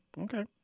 Okay